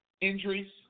injuries